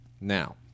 Now